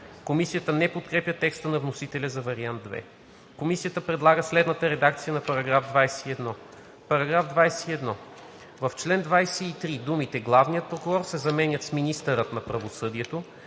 Комисията не подкрепя текста на вносителя за вариант II. Комисията предлага следната редакция на § 21: „§ 21. В чл. 23 думите „Главният прокурор“ се заменят с „Министърът на правосъдието“,